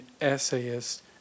essayist